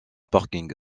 parking